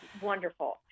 wonderful